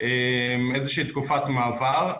לאיזושהי תקופת מעבר.